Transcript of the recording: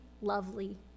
lovely